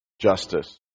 justice